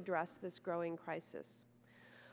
address this growing crisis